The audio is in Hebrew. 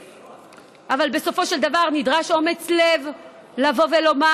אבל בסופו של דבר נדרש אומץ לב לבוא ולומר: